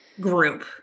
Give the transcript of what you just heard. group